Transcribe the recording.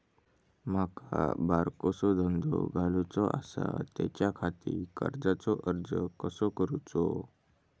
माका बारकोसो धंदो घालुचो आसा त्याच्याखाती कर्जाचो अर्ज कसो करूचो?